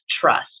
trust